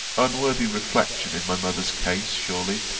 unworthy reflection in my mother's case, surely,